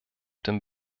den